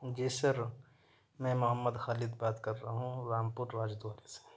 جی sir میں محمد خالد بات کر رہا ہوں رامپور راج دوارے سے